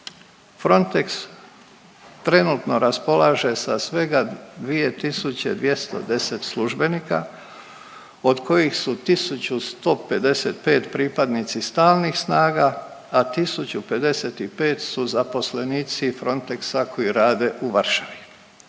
FRONTEX trenutno raspolaže sa svega 2 210 službenika, od kojih su 1 155 pripadnici stalnih snaga, a 1 055 su zaposlenici Frontexa koji rade u Varšavi